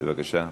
בבקשה.